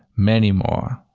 many more.